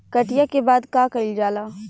कटिया के बाद का कइल जाला?